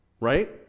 Right